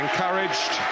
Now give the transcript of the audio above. Encouraged